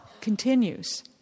continues